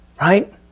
right